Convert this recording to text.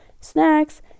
snacks